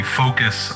focus